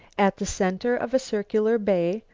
at the center of a circular bay,